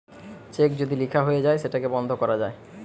check যদি লিখা হয়ে যায় সেটাকে বন্ধ করা যায়